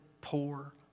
poor